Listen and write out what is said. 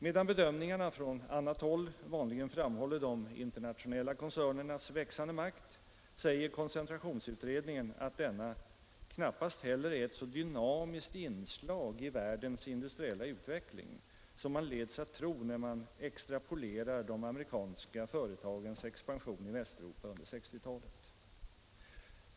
Medan bedömningarna vanligen framhåller de internationella koncernernas växande makt säger koncentrationsutredningen att dessa knappast heller är ”ett så dynamiskt inslag i världens industriella utveckling som man leds att tro när man extrapolerar de amerikanska företagens expansion i Västeuropa under sextiotalet”.